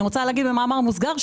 אני רוצה להגיד במאמר מוסגר,